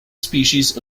species